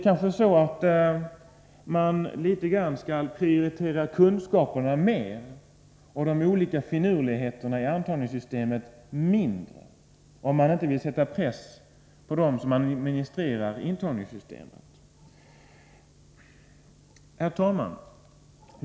Kanske skall man litet grand prioritera kunskaper mera och de olika finurligheterna i intagningssystemet mindre, om man inte vill sätta press på dem som administrerar intagningssystemet. Herr talman!